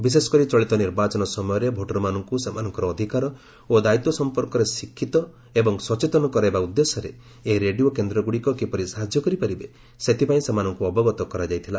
ବିଶେଷକରି ଚଳିତ ନିର୍ବାଚନ ସମୟରେ ଭୋଟରମାନଙ୍କୁ ସେମାନଙ୍କର ଅଧିକାର ଓ ଦାୟିତ୍ୱ ସଂପର୍କରେ ଶିକ୍ଷିତ ଏବଂ ସଚେତନ କରାଇବା ଉଦ୍ଦେଶ୍ୟରେ ଏହି ରେଡିଓ କେନ୍ଦ୍ରଗୁଡ଼ିକ କିପରି ସାହାଯ୍ୟ କରିପାରିବେ ସେଥିପାଇଁ ସେମାନଙ୍କୁ ଅବଗତ କରାଯାଇଥିଲା